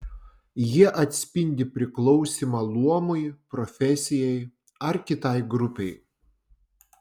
jie atspindi priklausymą luomui profesijai ar kitai grupei